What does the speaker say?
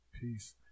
Peace